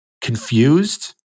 confused